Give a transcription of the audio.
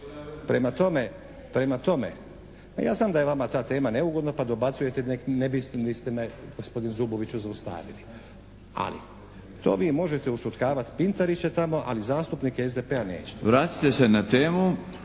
čuje./ … Ja znam da je vama ta tema neugodna pa dobacujete ne biste li me gospodin Zuboviću zaustavili. Ali to vi možete ušutkavat Pintarića tamo, ali zastupnike SDP-a nećete.